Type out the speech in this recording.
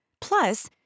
Plus